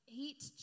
eight